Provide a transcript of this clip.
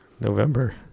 November